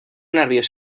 nerviós